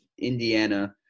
Indiana